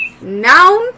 noun